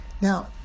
Now